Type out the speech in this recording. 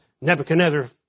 Nebuchadnezzar